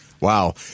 Wow